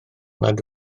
nad